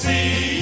See